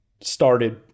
Started